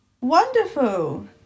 Wonderful